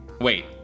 Wait